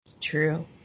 True